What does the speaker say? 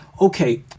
Okay